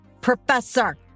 professor